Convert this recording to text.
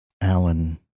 Alan